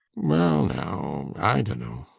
well now, i dunno,